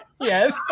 Yes